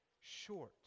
short